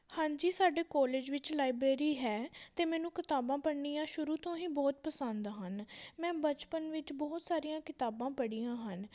ਹਾਂਜੀ ਸਾਡੇ ਕੋਲੇਜ ਵਿੱਚ ਲਾਈਬ੍ਰੇਰੀ ਹੈ ਅਤੇ ਮੈਨੂੰ ਕਿਤਾਬਾਂ ਪੜ੍ਹਨੀਆਂ ਸ਼ੁਰੂ ਤੋਂ ਹੀ ਬਹੁਤ ਪਸੰਦ ਹਨ ਮੈਂ ਬਚਪਨ ਵਿੱਚ ਬਹੁਤ ਸਾਰੀਆਂ ਕਿਤਾਬਾਂ ਪੜ੍ਹੀਆਂ ਹਨ